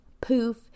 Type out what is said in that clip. poof